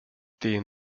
den